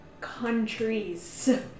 countries